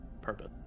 purpose